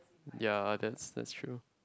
ya that's that's true